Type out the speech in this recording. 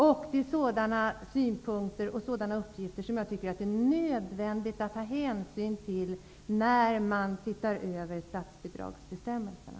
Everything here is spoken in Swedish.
Det är sådana synpunkter och uppgifter som jag tycker att det är nödvändigt att ta hänsyn till när man ser över statsbidragsbestämmelserna.